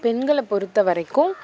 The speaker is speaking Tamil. பெண்களை பொறுத்த வரைக்கும்